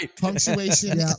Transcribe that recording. Punctuation